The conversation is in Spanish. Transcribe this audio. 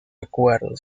acuerdo